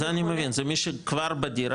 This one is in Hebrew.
זה אני רואה, זה מי שכבר בדירה,